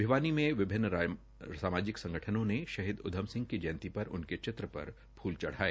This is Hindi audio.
भिवानी में विभिन्न संगठनों ने शहीद उधम सिंह की जयंती पर उनके चित्र पर फूल चढाए